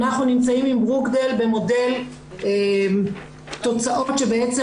אנחנו נמצאים עם ברוקדייל במודל תוצאות שבעצם